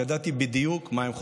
וידעתי בדיוק מה הם חושבים.